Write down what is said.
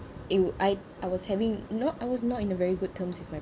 it would I I was having no I was not in a very good terms with my